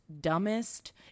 dumbest